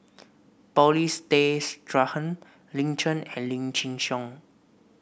Paulin Stay Straughan Lin Chen and Lim Chin Siong